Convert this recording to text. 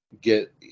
get